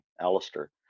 Alistair